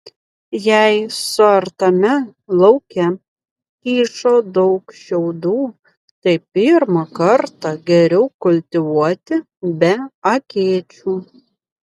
jei suartame lauke kyšo daug šiaudų tai pirmą kartą geriau kultivuoti be akėčių